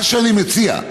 מה שאני מציע,